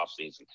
offseason